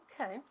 Okay